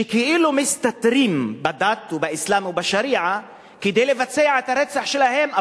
שכאילו מסתתרים מאחורי הדת או האסלאם או השריעה כדי לבצע את הרצח שלהם.